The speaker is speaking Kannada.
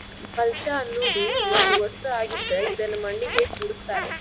ಮಲ್ಚ ಅನ್ನುದು ಒಂದ ವಸ್ತು ಆಗಿದ್ದ ಇದನ್ನು ಮಣ್ಣಿಗೆ ಕೂಡಸ್ತಾರ